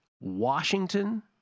Washington